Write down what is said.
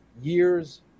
years